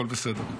הכול בסדר.